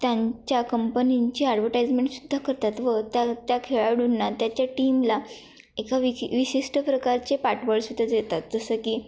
त्यांच्या कंपनींची ॲडवटाईजमेंट सुद्धा करतात व त्या त्या खेळाडूंना त्याच्या टीमला एका विक विशिष्ट प्रकारचे पाठबळ सुद्धा देतात जसं की